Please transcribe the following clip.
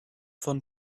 von